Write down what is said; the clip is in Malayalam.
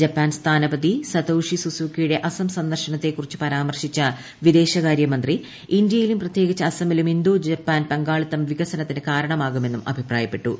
ജപ്പാൻ സ്ഥാനപതി സതോഷി സുസുകിയുടെ അസം സന്ദർശനത്തെക്കുറിച്ച് പരാമർശിച്ച വിദേശകാര്യ മന്ത്രി ഇന്തൃയിലും പ്രത്യേകിച്ച് അസമിലും ഇന്തോ ജപ്പാൻ പങ്കാളിത്തം വികസനത്തിനു കാരണമാകുമെന്നും അഭിപ്രായപ്പെട്ടു